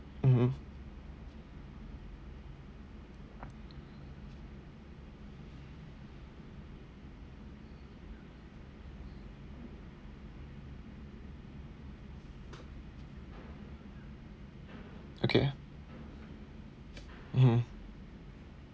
mmhmm okay mmhmm